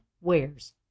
wares